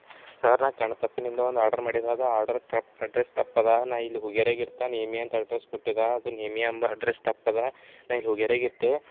sir ನಾನು ಕಣ್ತಪ್ಪಿನಿಂದ ಒಂದು ಆರ್ಡರ್ ಮಾಡಿರೋದು ಆರ್ಡರ್ ತಪ್ಪು ಅಡ್ರೆಸ್ ತಪ್ಪು ಅದ ನಾ ಇಲ್ಲಿ ಹುಗ್ಯಾರೆಗ ಇರ್ತೆ ನೇಮಿ ಅಂತ ಅಡ್ರೆಸ್ ಕೊಟ್ಟಿದ್ದು ಅದು ನೇಮಿ ಎಂಬ ಅಡ್ರೆಸ್ ತಪ್ಪು ಅದ ನಾ ಇಲ್ಲಿ ಹುಗ್ಯಾರ್ಯಾಗಿರ್ತೆ